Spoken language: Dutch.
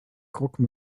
croque